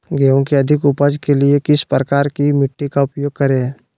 गेंहू की अधिक उपज के लिए किस प्रकार की मिट्टी का उपयोग करे?